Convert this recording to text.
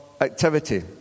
activity